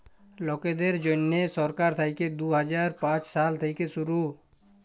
লকদের জ্যনহে সরকার থ্যাইকে দু হাজার পাঁচ সাল থ্যাইকে শুরু